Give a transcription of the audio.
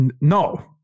no